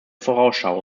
vorausschau